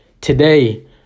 Today